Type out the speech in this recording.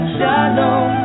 Shalom